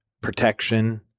protection